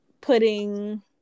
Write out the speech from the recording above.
putting